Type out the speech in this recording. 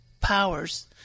powers